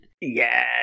yes